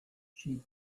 she